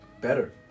better